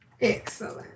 Excellent